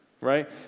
right